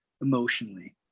emotionally